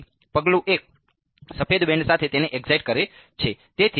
તેથી પગલું 1 સફેદ બેન્ડ સાથે તેને એક્સાઈટ કરે છે